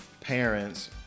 parents